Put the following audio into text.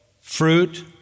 fruit